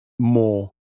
more